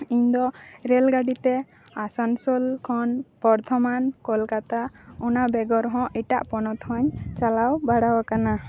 ᱤᱧ ᱫᱚ ᱨᱮᱞ ᱜᱟᱹᱰᱤᱛᱮ ᱟᱥᱟᱱᱥᱳᱞ ᱠᱷᱚᱱ ᱵᱚᱨᱫᱷᱚᱢᱟᱱ ᱠᱳᱞᱠᱟᱛᱟ ᱚᱱᱟ ᱵᱮᱜᱚᱨ ᱦᱚᱸ ᱮᱴᱟᱜ ᱯᱚᱱᱚᱛ ᱦᱚᱸᱧ ᱪᱟᱞᱟᱣ ᱵᱟᱲᱟᱣ ᱠᱟᱱᱟ